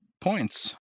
points